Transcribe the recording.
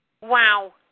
Wow